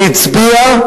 שהצביע,